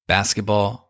Basketball